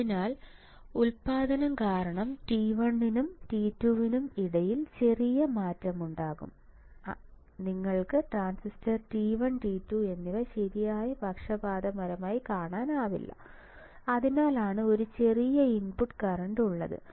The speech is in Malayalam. അതിനാൽ ഉൽപ്പാദനം കാരണം T1 നും T2 നും ഇടയിൽ ചെറിയ മാറ്റമുണ്ടാകും അതിനാൽ നിങ്ങൾക്ക് ട്രാൻസിസ്റ്റർ T1 T2 എന്നിവ ശരിയായി പക്ഷപാതപരമായി കാണാനാവില്ല അതിനാലാണ് ഒരു ചെറിയ ഇൻപുട്ട് കറന്റ് ഉള്ളത്